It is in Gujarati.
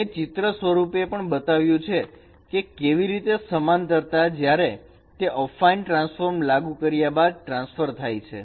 મેં ચિત્ર સ્વરૂપે પણ બતાવ્યું છે કે કેવી રીતે સમાંતરતા જ્યારે તે અફાઈન ટ્રાન્સફોર્મ લાગુ કર્યા બાદ ટ્રાન્સફર થાય છે